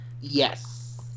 yes